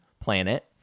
planet